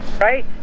Right